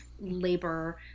labor